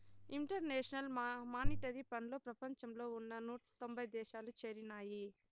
international monetary ఫండ్లో ప్రపంచంలో ఉన్న నూట తొంభై దేశాలు చేరినాయి